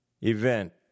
event